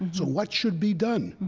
so what should be done?